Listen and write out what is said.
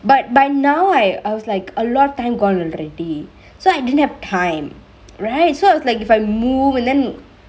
but by now I I was like a lot of time gone already so I didn't have time right so I was like if I move and then